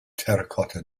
terracotta